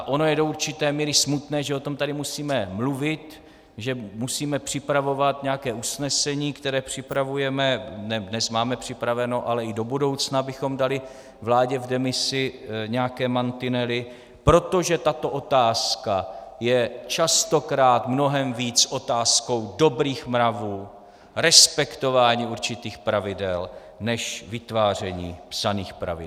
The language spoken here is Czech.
Ono je do určité míry smutné, že o tom tady musíme mluvit, že musíme připravovat nějaké usnesení, které připravujeme, ne dnes máme připraveno, ale i do budoucna bychom dali vládě v demisi nějaké mantinely, protože tato otázka je častokrát mnohem víc otázkou dobrých mravů, respektování určitých pravidel než vytváření psaných pravidel.